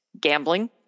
Gambling